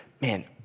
man